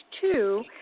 two